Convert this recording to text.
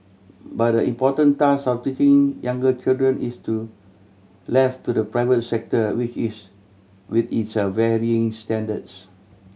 but the important task of teaching younger children is to left to the private sector which its with its a varying standards